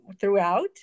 throughout